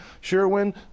Sherwin